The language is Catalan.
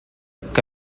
que